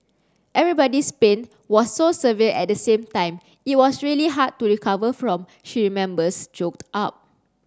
everybody's pain was so severe at the same time it was really hard to recover from she remembers choked up